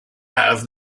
has